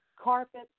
Carpet